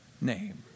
name